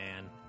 man